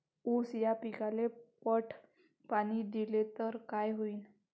ऊस या पिकाले पट पाणी देल्ल तर काय होईन?